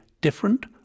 different